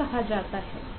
कहा जाता है